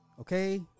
Okay